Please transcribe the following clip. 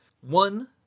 One